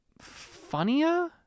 funnier